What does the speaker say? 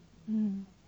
嗯